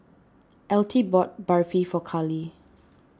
Altie bought Barfi for Carlee